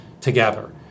together